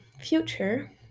future